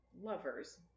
lovers